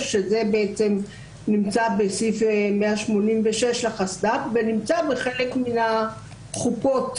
שזה בעצם נמצא בסעיף 186 לחסד"פ ונמצא בחלק מן החוקות